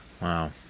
wow